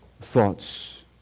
thoughts